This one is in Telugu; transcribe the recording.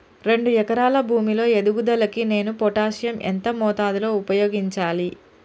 రెండు ఎకరాల భూమి లో ఎదుగుదలకి నేను పొటాషియం ఎంత మోతాదు లో ఉపయోగించాలి?